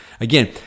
Again